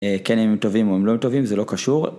כן הם טובים או הם לא טובים זה לא קשור.